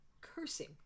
cursing